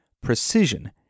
precision